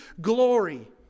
glory